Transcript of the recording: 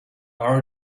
are